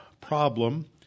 problem